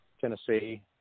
Tennessee